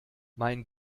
mein